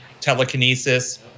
telekinesis